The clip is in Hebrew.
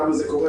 כמה זה קורה,